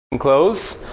close.